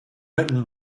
written